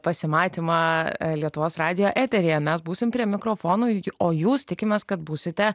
pasimatymą lietuvos radijo eteryje mes būsime prie mikrofonų o jūs tikimės kad būsite